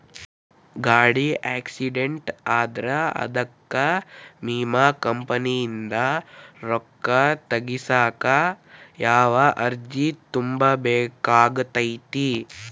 ಗಾಡಿ ಆಕ್ಸಿಡೆಂಟ್ ಆದ್ರ ಅದಕ ವಿಮಾ ಕಂಪನಿಯಿಂದ್ ರೊಕ್ಕಾ ತಗಸಾಕ್ ಯಾವ ಅರ್ಜಿ ತುಂಬೇಕ ಆಗತೈತಿ?